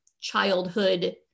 childhood